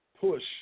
push